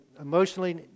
emotionally